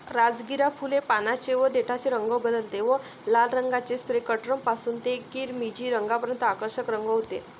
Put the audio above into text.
राजगिरा फुल, पानांचे व देठाचे रंग बदलते व लाल रंगाचे स्पेक्ट्रम पासून ते किरमिजी रंगापर्यंत आकर्षक रंग होते